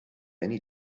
any